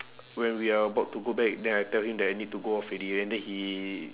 when we are about to go back then I tell him that I need to go off already and then he